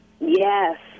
Yes